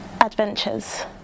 Adventures